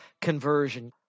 conversion